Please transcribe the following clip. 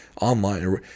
Online